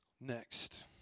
Next